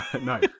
no